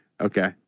Okay